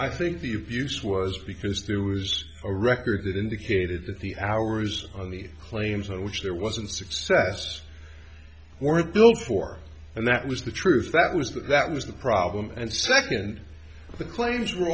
i think the abuse was because there was a record that indicated that the hours claims on which there wasn't success were built for and that was the truth that was that was the problem and second the claims were